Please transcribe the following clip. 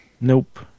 Nope